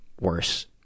worse